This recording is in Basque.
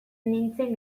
nintzen